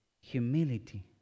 humility